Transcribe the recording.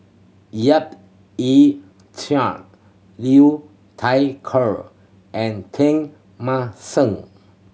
Yap Ee Chian Liu Thai Ker and Teng Mah Seng